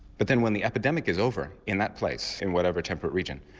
but then when the epidemic is over in that place, in whatever temperate region,